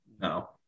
no